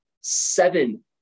Seven